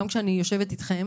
גם כשאני יושבת אתכם